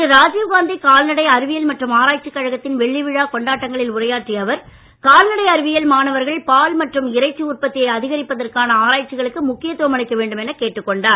இன்று ராஜீவ்காந்தி கால்நடை அறிவியல் மற்றும் ஆராய்ச்சிக் கழகத்தின் வெள்ளி விழா கொண்டாட்டங்களில் உரையாற்றிய அவர் கால்நடை அறிவியல் மாணவர்கள் பால் மற்றும் இறைச்சி உற்பத்தியை அதிகரிப்பதற்கான ஆராய்ச்சிகளுக்கு முக்கியத்துவம் அளிக்க வேண்டும் என கேட்டுக் கொண்டார்